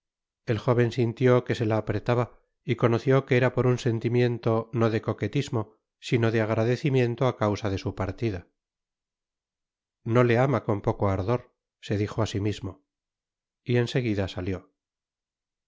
el jóven sintió que se la apretaba y conoció que era por un sentimiento no de coquetisino sino de agradecimiento á causa de su partida no le ama con poco ardor se dijo á si mismo y en seguida salió